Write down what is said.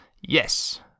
Yes